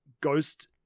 ghost